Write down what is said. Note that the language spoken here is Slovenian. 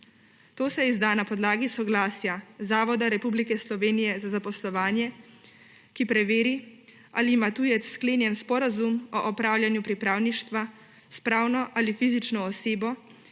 To se izda na podlagi soglasja Zavoda Republike Slovenije za zaposlovanje, ki preveri, ali ima tujec sklenjen sporazum o opravljanju pripravništva s pravno ali fizično osebo,